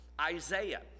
Isaiah